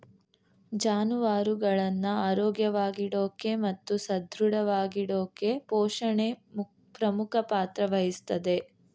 ಜಾನುವಾರುಗಳನ್ನ ಆರೋಗ್ಯವಾಗಿಡೋಕೆ ಮತ್ತು ಸದೃಢವಾಗಿಡೋಕೆಪೋಷಣೆ ಪ್ರಮುಖ ಪಾತ್ರ ವಹಿಸ್ತದೆ